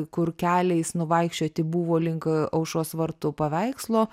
kur keliais nuvaikščioti buvo link aušros vartų paveikslo